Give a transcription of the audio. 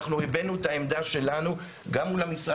אנחנו הבענו את העמדה שלנו גם מול המשרד